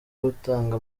gutanga